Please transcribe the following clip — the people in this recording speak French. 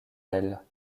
elle